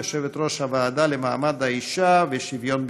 יושבת-ראש הוועדה לקידום מעמד האישה ולשוויון מגדרי.